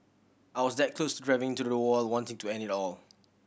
I was that close to driving into the wall wanting to end it all